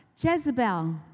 Jezebel